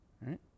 right